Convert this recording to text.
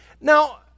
Now